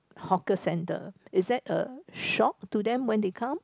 hawker centre is that a shop to them when they come